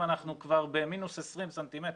אנחנו כבר ב-20- ס"מ.